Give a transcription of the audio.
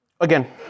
again